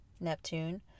neptune